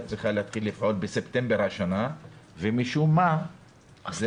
צריכה להתחיל לפעול בספטמבר השנה ומשום מה זה הוקפא,